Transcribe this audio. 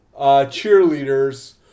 cheerleaders